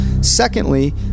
Secondly